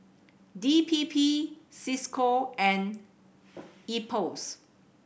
D P P Cisco and IPOS